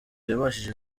yabashije